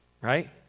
right